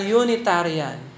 unitarian